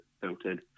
filtered